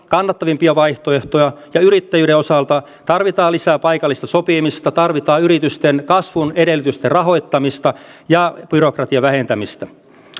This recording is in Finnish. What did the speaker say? kannattavimpia vaihtoehtoja yrittäjyyden osalta tarvitaan lisää paikallista sopimista tarvitaan yritysten kasvun edellytysten rahoittamista ja byrokratian vähentämistä